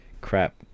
crap